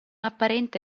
apparente